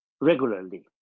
regularly